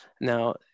Now